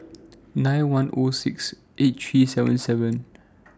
nine one O six eight three seven seven